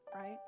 right